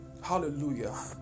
Hallelujah